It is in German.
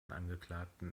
angeklagten